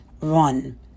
run